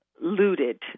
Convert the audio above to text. looted